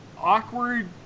Awkward